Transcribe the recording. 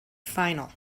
final